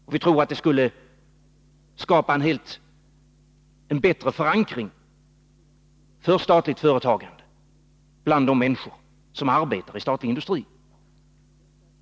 Och vi tror att det skulle skapa en bättre förankring för statligt företagande bland de människor som arbetar inom statlig industri.